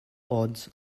odds